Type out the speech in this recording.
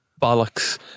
bollocks